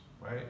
right